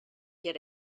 get